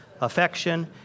affection